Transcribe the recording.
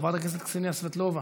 חברת הכנסת קסניה סבטלובה,